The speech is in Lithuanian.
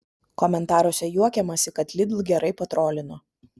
komentaruose juokiamasi kad lidl gerai patrolino